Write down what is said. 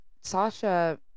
Sasha